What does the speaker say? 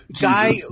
guy